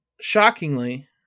shockingly